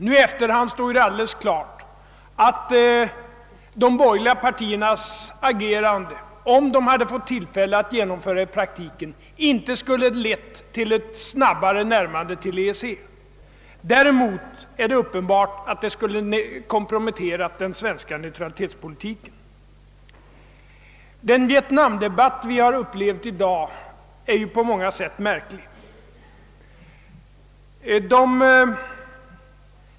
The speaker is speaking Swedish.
Nu i efterhand står det alldeles klart att de borgerliga partiernas agerande, om de hade fått tillfälle att genomföra det i praktiken, inte skulle ha lett till ett snabbare närmande till EEC. Däremot är det uppenbart att det skulle ha komprometterat den svenska neutralitetspolitiken. Den vietnamdebatt vi har upplevt i dag är ju på många sätt märklig.